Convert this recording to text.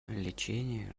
лечение